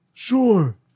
Sure